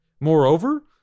Moreover